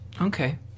Okay